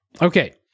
Okay